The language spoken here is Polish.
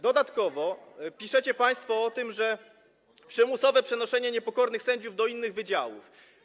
Dodatkowo piszecie państwo o przymusowym przenoszeniu niepokornych sędziów do innych wydziałów.